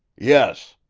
yes,